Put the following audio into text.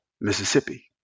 Mississippi